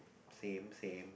same same